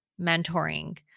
mentoring